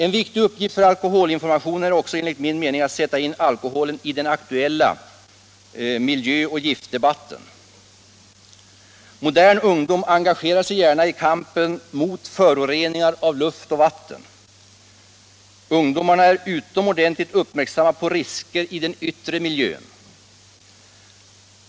En viktig uppgift för alkoholinformationen är enligt min mening att sätta in alkoholen i den aktuella miljöoch giftdebatten. Modern ungdom engagerar sig gärna i kampen mot föroreningar av luft och vatten. Ungdomarna är utomordentligt uppmärksamma på risker i den yttre miljön.